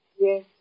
Yes